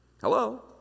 Hello